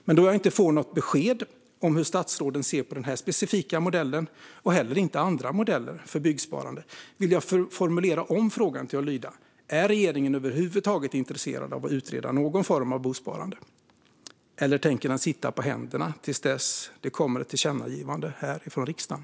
Men då jag inte får något besked om hur statsrådet ser på den här specifika modellen, och heller inte andra modeller för byggsparande, vill jag formulera om frågan till att lyda: Är regeringen över huvud taget intresserad av att utreda någon form av bosparande, eller tänker den sitta på händerna till dess att det kommer ett tillkännagivande härifrån riksdagen?